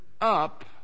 up